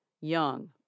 young